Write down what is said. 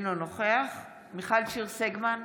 אינו נוכח מיכל שיר סגמן,